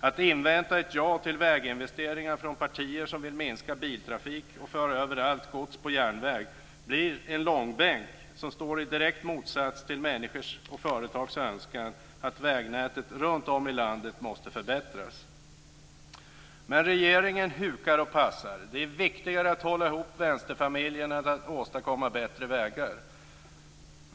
Att invänta ett ja till väginvesteringar från partier som vill minska biltrafik och föra över allt gods på järnväg blir en långbänk som står i direkt motsats till människors och företags önskan att vägnätet runt om i landet måste förbättras. Regeringen hukar och passar. Det är viktigare att hålla ihop vänsterfamiljen än att åstadkomma bättre vägar.